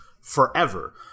forever